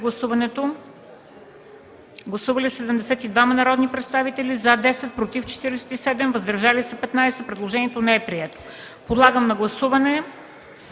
Гласували 74 народни представители: за 10, против 59, въздържали се 5. Предложението не е прието. Поставям на гласуване